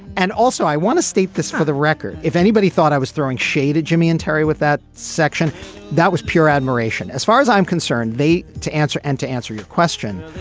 and also i want to state this for the record. if anybody thought i was throwing shade jimmy and terry with that section that was pure admiration as far as i'm concerned they ought to answer and to answer your question.